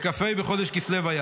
בכ"ה בחדש כסלו היה,